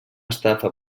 estafa